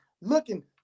looking